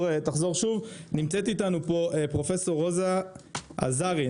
נמצאת איתנו פה פרופ' רוזה אזהרי,